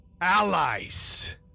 Allies